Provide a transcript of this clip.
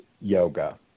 yoga